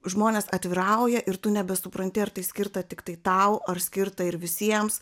žmonės atvirauja ir tu nebesupranti ar tai skirta tiktai tau ar skirta ir visiems